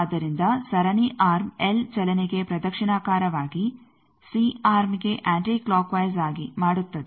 ಆದ್ದರಿಂದ ಸರಣಿ arm L ಚಲನೆಗೆ ಪ್ರದಕ್ಷಿಣಾಕಾರವಾಗಿ ಸಿ ಆರ್ಮ್ಗೆ ಆಂಟಿ ಕ್ಲೋಕ್ಕ್ ವೈಸ್ ಆಗಿ ಮಾಡುತ್ತದೆ